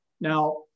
Now